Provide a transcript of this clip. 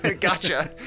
Gotcha